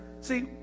see